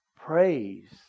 Praise